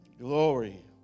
Glory